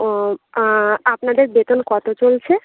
ও আপনাদের বেতন কতো চলছে